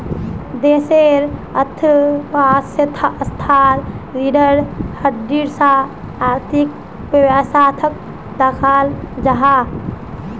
देशेर अर्थवैवास्थार रिढ़ेर हड्डीर सा आर्थिक वैवास्थाक दख़ल जाहा